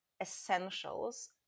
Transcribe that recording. essentials